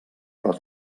però